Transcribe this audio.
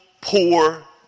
poor